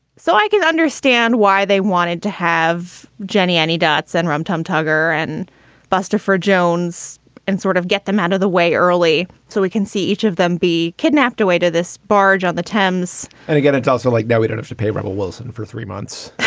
so i can understand why they wanted to have jenny any dots and rum tum tugger and buster for jones and sort of get them out of the way early so we can see each of them be kidnapped away to this barge on the thames and again, it's also like now we did have to pay rebel wilson for three months